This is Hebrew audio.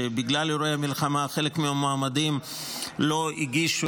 שבגלל אירועי המלחמה חלק מהמועמדים לא הגישו